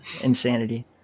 insanity